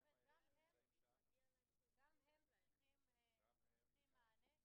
גורם אחראי יפנה למפעילי מסגרות כאמור לשם קידום תהליכי אישור כאמור.